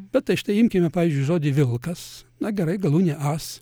bet tai štai imkime pavyzdžiui žodį vilkas na gerai galūnė as